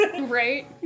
Right